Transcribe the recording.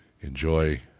Enjoy